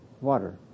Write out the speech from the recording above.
water